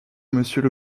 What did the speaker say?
monsieur